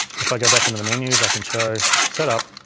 if i go back into the menus i can show setup,